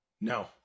No